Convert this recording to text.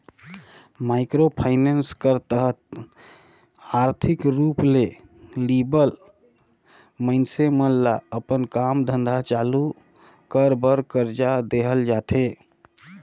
micro finance कर तहत आरथिक रूप ले लिबल मइनसे मन ल अपन काम धंधा चालू कर बर करजा देहल जाथे